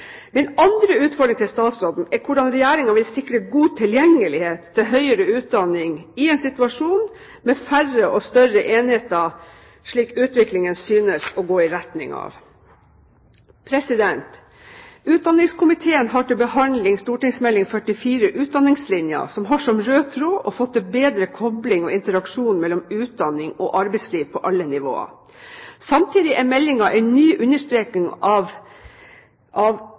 Min andre utfordring til statsråden er hvordan Regjeringen vil sikre god tilgjengelighet til høyere utdanning i en situasjon med færre og større enheter, slik utviklingen synes å gå i retning av. Utdanningskomiteen har til behandling St.meld. nr. 44 for 2008–2009, Utdanningslinja, som har som rød tråd å få til bedre kobling og interaksjon mellom utdanning og arbeidsliv på alle nivåer. Samtidig er meldingen en ny understreking av